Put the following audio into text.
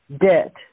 debt